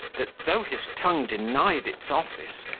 that though his tongue denied its office,